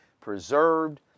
preserved